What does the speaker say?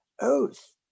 oath